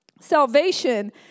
Salvation